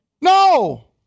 No